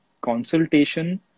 consultation